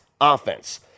offense